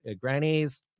grannies